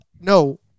no